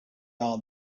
are